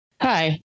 Hi